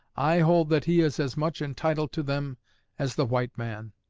i hold that he is as much entitled to them as the white man.